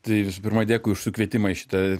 tai visų pirma dėkui už sukvietimą į šitą